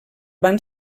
van